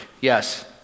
Yes